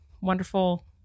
Wonderful